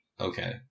Okay